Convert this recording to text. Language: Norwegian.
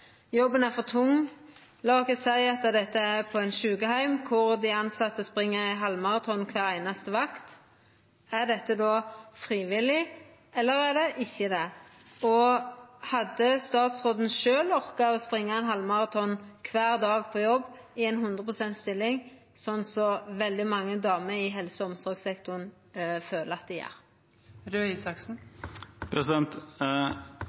er for tung – la oss seia at dette er på ein sjukeheim, der dei tilsette spring ein halvmaraton på kvar einaste vakt – er dette frivillig, eller er det ikkje det? Hadde statsråden sjølv orka å springa ein halvmaraton kvar dag på jobb i ein 100-prosentstilling, som veldig mange damer i helse- og omsorgssektoren